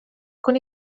con